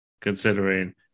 considering